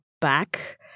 back